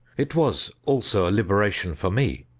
it was also a liberation for me.